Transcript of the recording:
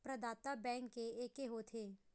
प्रदाता बैंक के एके होथे?